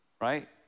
right